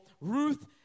Ruth